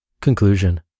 Conclusion